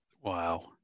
Wow